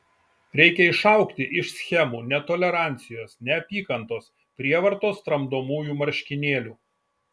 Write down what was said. reikia išaugti iš schemų netolerancijos neapykantos prievartos tramdomųjų marškinėlių